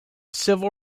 civil